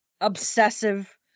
obsessive